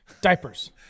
Diapers